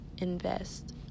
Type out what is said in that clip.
invest